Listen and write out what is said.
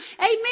Amen